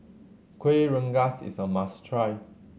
Kuih Rengas is a must try